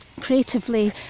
creatively